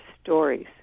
stories